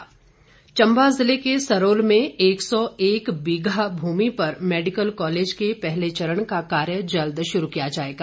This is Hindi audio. परमार चंबा जिले के सरोल में एक सौ एक बीघा भूमि पर मैडिकल कॉलेज के पहले चरण का कार्य जल्द शुरू किया जाएगा